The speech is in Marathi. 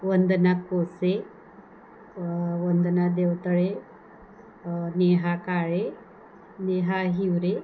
वंदना कोसे वंदना देवतळे नेहा काळे नेहा हिवरे